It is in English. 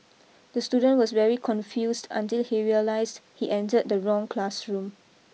the student was very confused until he realised he entered the wrong classroom